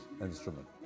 instrument